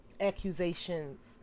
accusations